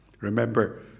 remember